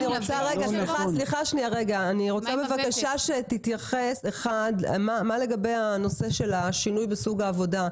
אני רוצה שתתייחס לנושא של השינוי בסוג העבודה.